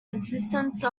existence